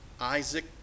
Isaac